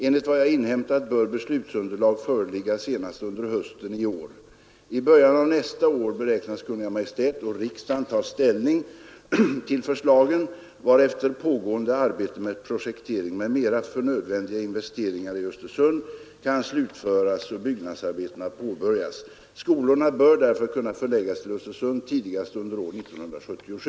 Enligt vad jag har inhämtat bör beslutsunderlag föreligga senast under hösten 1973. I början av nästa år beräknas Kungl. Maj:t och riksdagen ta ställning till förslagen, varefter pågående arbete med projektering m.m. för nödvändiga investeringar i Östersund kan slutföras och byggnadsarbetena påbörjas. Skolorna bör därför kunna förläggas till Östersund tidigast under år 1977.